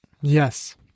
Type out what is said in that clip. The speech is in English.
Yes